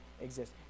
exist